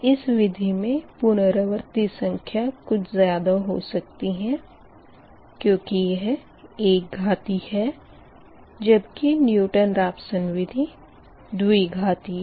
इस विधी मे पुनरावर्ती संख्या कुछ ज़्यादा हो सकती है क्योंकि यह एकघाती हैं जबकि न्यूटन रेपसन विधि द्विघाती है